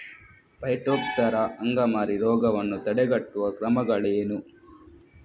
Phytophthora ಅಂಗಮಾರಿ ರೋಗವನ್ನು ತಡೆಗಟ್ಟುವ ಕ್ರಮಗಳೇನು?